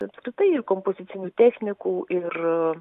apskritai ir kompozicinių technikų ir